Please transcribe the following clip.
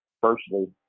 Firstly